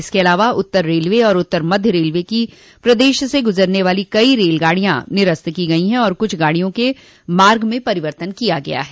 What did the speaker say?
इसके अलावा उत्तर रेलवे तथा उत्तर मध्य रेलवे की प्रदेश से गुजरने वाली कई रेलगाड़ियां निरस्त की गई है तथा कुछ गाड़ियों के मार्ग में परिवर्तन किया गया है